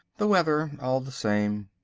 the weather all the same.